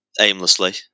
aimlessly